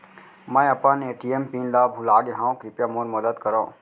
मै अपन ATM PIN ला भूलागे हव, कृपया मोर मदद करव